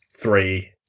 three